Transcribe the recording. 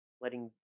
letting